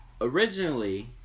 originally